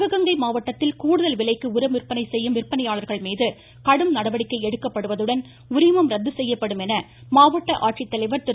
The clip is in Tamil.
சிவகங்கை மாவட்டத்தில் கூடுகல் விலைக்கு உரம் விந்பனை செய்யும் விற்பனையாளர்கள் மீது கடும் நடவடிக்கை எடுக்கப்படுவதுடன் உரிமம் ரத்து செய்யப்படும் என மாவட்ட ஆட்சித்தலைவர் திரு